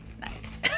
nice